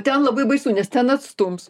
ten labai baisu nes ten atstums